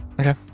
okay